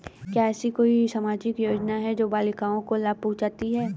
क्या ऐसी कोई सामाजिक योजनाएँ हैं जो बालिकाओं को लाभ पहुँचाती हैं?